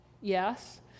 yes